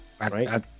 right